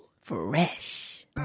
Fresh